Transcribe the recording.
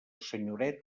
senyoret